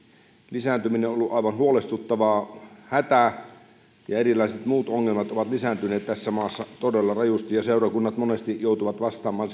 lisääntyminen on ollut aivan huolestuttavaa hätä ja erilaiset muut ongelmat ovat lisääntyneet tässä maassa todella rajusti ja seurakunnat monesti joutuvat vastaamaan